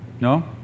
No